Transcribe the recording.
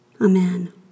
Amen